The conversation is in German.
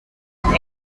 den